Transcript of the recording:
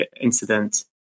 incident